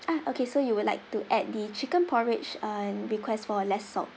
ah okay so you would like to add the chicken porridge and request for less salt